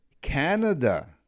Canada